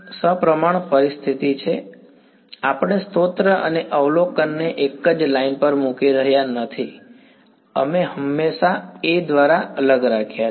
ના આપણે સ્ત્રોત અને અવલોકનને એક જ લાઇન પર મૂકી રહ્યા નથી અમે હંમેશા A દ્વારા અલગ રાખ્યા છે